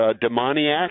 demoniac